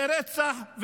זה רצח.